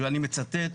שאני מצטט,